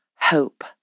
hope